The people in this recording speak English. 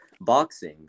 boxing